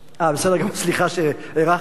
סליחה שהארכתי.